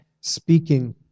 speaking